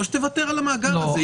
או שתוותר על המאגר הזה.